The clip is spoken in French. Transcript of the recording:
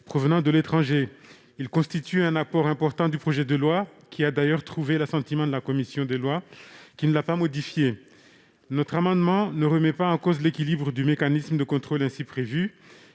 provenant de l'étranger. Il constitue un apport important du projet de loi, qui a d'ailleurs fait l'objet de l'assentiment de la commission des lois, laquelle ne l'a pas modifié. Cet amendement tend non pas à remettre en cause l'équilibre du mécanisme de contrôle prévu,